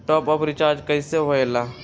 Top up recharge कइसे होएला?